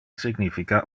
significa